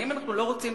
האם אנחנו לא רוצים